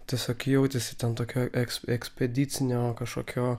tiesiog jautiesi ten tokia eks ekspedicinio kažkokio